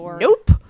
nope